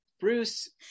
Bruce